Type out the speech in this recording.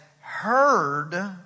heard